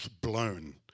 Blown